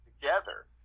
together